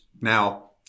Now